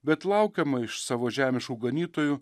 bet laukiama iš savo žemiškų ganytojų